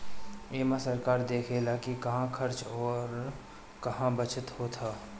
एमे सरकार देखऽला कि कहां खर्च अउर कहा बचत होत हअ